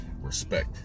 respect